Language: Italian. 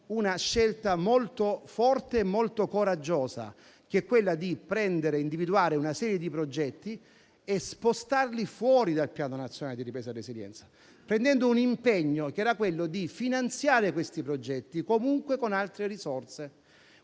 una scelta molto forte e molto coraggiosa, che è quella di individuare una serie di progetti e spostarli fuori dal Piano nazionale di ripresa e resilienza, prendendo l'impegno di finanziarli comunque con altre risorse.